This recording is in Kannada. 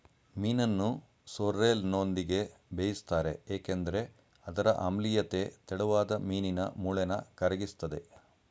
ಮೀನನ್ನು ಸೋರ್ರೆಲ್ನೊಂದಿಗೆ ಬೇಯಿಸ್ತಾರೆ ಏಕೆಂದ್ರೆ ಅದರ ಆಮ್ಲೀಯತೆ ತೆಳುವಾದ ಮೀನಿನ ಮೂಳೆನ ಕರಗಿಸ್ತದೆ